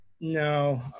No